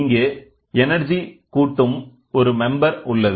இங்கு சக்தி கூட்டும் உறுப்பினர் உள்ளது